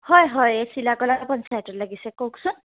হয় হয় এই চিলাকলাৰ পঞ্চায়তত লাগিছে কওকচোন